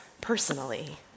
personally